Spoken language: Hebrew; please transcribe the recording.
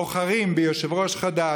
בוחרים ביושב-ראש חדש,